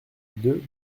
deux